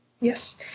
Yes